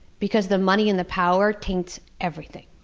because the money and the power taints everything.